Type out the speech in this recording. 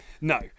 No